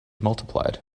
multiplied